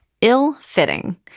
Ill-fitting